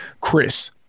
Chris